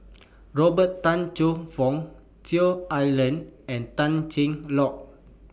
Robert Tan Choe Fook Cheong Alan and Tan Cheng Lock